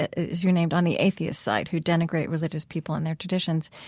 as you named, on the atheist side who denigrate religious people and their traditions.